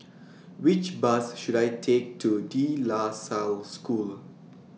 Which Bus should I Take to De La Salle School